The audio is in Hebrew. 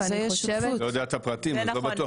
ואני חושבת --- אני אומר,